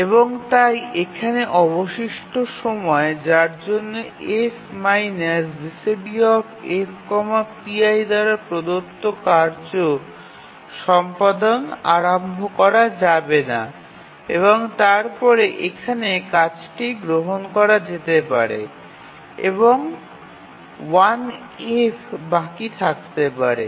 এবং তাই এখানে অবশিষ্ট সময় যার জন্য F GCDF pi দ্বারা প্রদত্ত কার্য সম্পাদন আরম্ভ করা যাবে না এবং তারপরে এখানে কাজটি গ্রহণ করা যেতে পারে এবং 1F বাকি থাকতে পারে